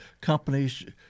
companies